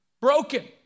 broken